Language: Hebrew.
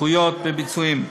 זכויות בביצועים.